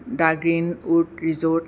the green wood resort